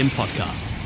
podcast